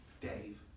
Dave